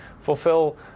fulfill